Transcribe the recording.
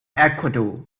ecuador